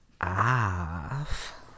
off